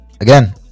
Again